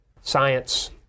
science